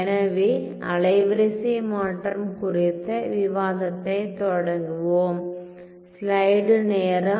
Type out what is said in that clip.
எனவே அலைவரிசை மாற்றம் குறித்த விவாதத்தைத் தொடங்குவோம்